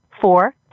four